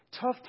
Tough